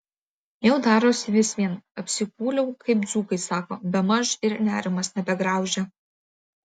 jau darosi vis vien apsikūliau kaip dzūkai sako bemaž ir nerimas nebegraužia